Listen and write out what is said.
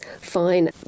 fine